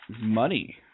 money